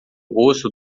rosto